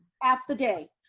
half the day.